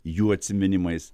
jų atsiminimais